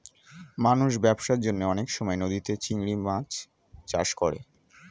মানুষ ব্যবসার জন্যে অনেক সময় নদীতে চিংড়ির চাষ করে